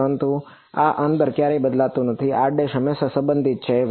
પરંતુ આ અંદર ક્યારેય બદલાતું નથીr હંમેશા સંબંધિત છે V2